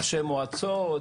ראשי מועצות.